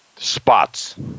Spots